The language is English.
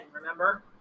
remember